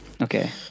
Okay